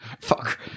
Fuck